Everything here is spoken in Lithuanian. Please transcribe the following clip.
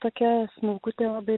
tokia smulkutė labai